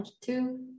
two